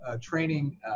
training